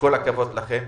כל הכבוד לכם.